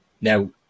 now